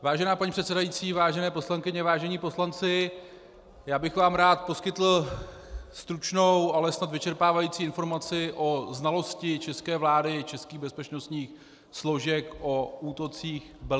Vážená paní předsedající, vážené poslankyně, vážení poslanci, rád bych vám poskytl stručnou, ale snad vyčerpávající informaci o znalosti české vlády i českých bezpečnostních složek o útocích v Belgii.